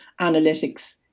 analytics